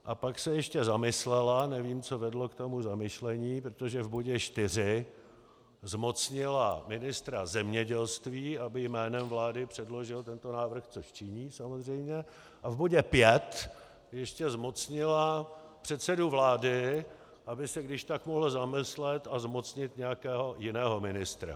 A pak se ještě zamyslela, nevím, co vedlo k tomu zamyšlení, protože v bodě 4 zmocnila ministra zemědělství, aby jménem vlády předložil tento návrh, což činí, samozřejmě, a v bodě 5 ještě zmocnila předsedu vlády, aby se když tak mohl zamyslet a zmocnit nějakého jiného ministra.